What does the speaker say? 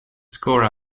score